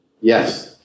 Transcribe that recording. Yes